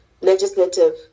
legislative